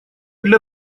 для